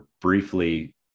briefly